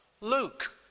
Luke